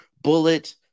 bullet